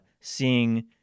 seeing